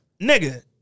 nigga